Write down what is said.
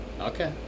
Okay